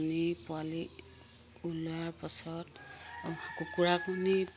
কণী পোৱালি ওলোৱাৰ পাছত কুকুৰা কণীত